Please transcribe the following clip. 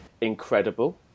incredible